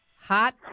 hot